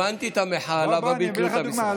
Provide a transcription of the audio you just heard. הבנתי את המחאה, למה ביטלו את המשרד.